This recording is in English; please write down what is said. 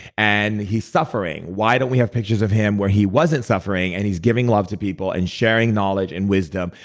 and he's suffering. why don't we have pictures of him where he wasn't suffering and he's giving love to people and sharing knowledge and wisdom?